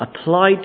applied